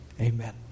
amen